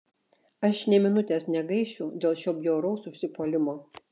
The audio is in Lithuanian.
aš nė minutės negaišiu dėl šio bjauraus užsipuolimo